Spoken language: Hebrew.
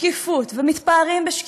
שקיפות ומתפארים בשקיפות.